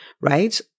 right